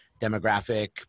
demographic